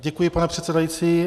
Děkuji, pane předsedající.